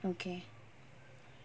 okay